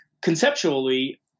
Conceptually